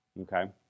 okay